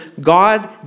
God